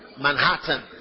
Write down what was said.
Manhattan